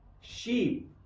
Sheep